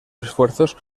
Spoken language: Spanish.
esfuerzos